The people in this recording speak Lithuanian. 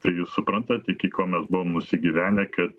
tai jūs suprantat iki ko mes buvo nusigyvenę kad